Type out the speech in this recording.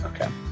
Okay